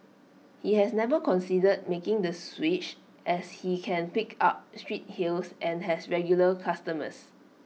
he has never considered making the switch as he can pick up street hails and has regular customers